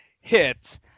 hit